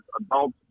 adults